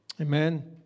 Amen